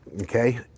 okay